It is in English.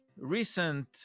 recent